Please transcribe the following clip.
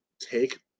take